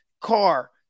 car